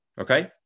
Okay